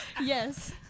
Yes